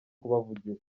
kubavugira